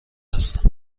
هستند